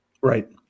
Right